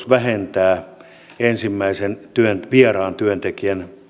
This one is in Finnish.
vähentää ensimmäisen vieraan työntekijän